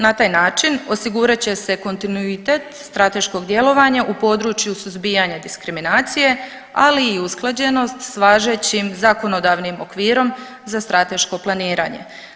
Na taj način osigurat će se kontinuitet strateškog djelovanja u području suzbijanja diskriminacije ali i usklađenost s važećim zakonodavnim okvirom za strateško planiranje.